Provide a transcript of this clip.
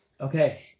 Okay